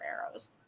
arrows